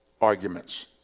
arguments